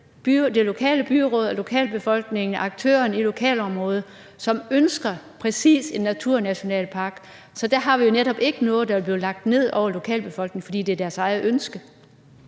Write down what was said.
det lokale byråd og lokalbefolkningen, aktørerne i lokalområdet, som ønsker en naturnationalpark. Så der har vi jo netop ikke noget, der vil blive lagt ned over lokalbefolkningen, fordi det er deres eget ønske.